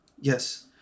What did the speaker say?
Yes